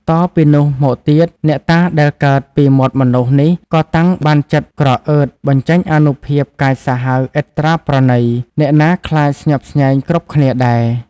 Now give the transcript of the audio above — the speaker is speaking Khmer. តពីនោះមកទៀត អ្នកតាដែលកើតពីមាត់មនុស្សនេះក៏តាំងបានចិត្តក្រអឺត បញ្ចេញអានុភាពកាចសាហាវឥតត្រាប្រណី អ្នកណាខ្លាចស្ញប់ស្ញែងគ្រប់គ្នាដែរ ។